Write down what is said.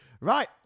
Right